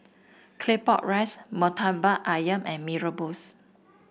Claypot Rice murtabak ayam and Mee Rebus